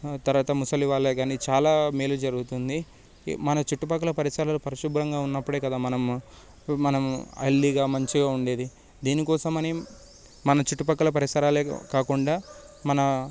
తర్వాత ముసలి వాళ్ళకి కాని చాలా మేలు జరుగుతుంది మన చుట్టుపక్కల పరిసరాలు పరిశుభ్రంగా ఉన్నప్పుడే కదా మనం మనము హెల్తీగా మంచిగా ఉండేది దీని కోసమని మన చుట్టుపక్కల పరిసరాలే కాకుండా మన